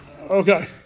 Okay